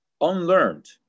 unlearned